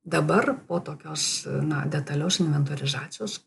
dabar o tokios na detalios inventorizacijos